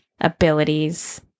abilities